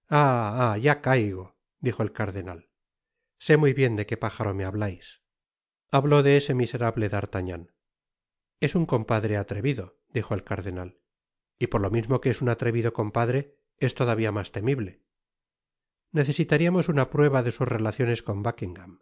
ya caigo dijo el cardenal sé muy bien de que pájaro me hablais hablo de ese miserable d'artagnan es un compadre atrevido dijo el cardenal y por lo mismo que es un atrevido compadre es todavia mas temible necesitariamos una prueba de sus relaciones con